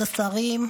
השרים,